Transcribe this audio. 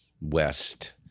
West